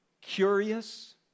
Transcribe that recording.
curious